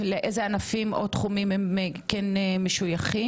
לאיזה ענפים או תחומים הם כן משויכים,